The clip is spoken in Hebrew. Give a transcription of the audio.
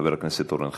חבר הכנסת אורן חזן.